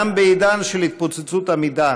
גם בעידן של התפוצצות המידע